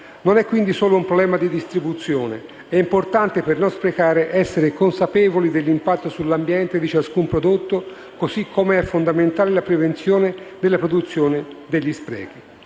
Non è, quindi, solo un problema di distribuzione. Per non sprecare è importante essere consapevoli dell'impatto sull'ambiente di ciascun prodotto, così come è fondamentale la prevenzione nella produzione degli sprechi.